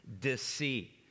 Deceit